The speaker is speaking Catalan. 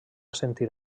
sentir